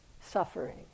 suffering